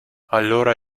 allora